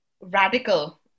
radical